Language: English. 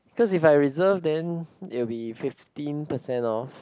cause if I reserved then will be fifteen percent off